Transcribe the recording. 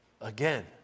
Again